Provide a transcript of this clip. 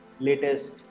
latest